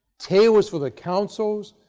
tables for the counsels,